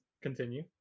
Continue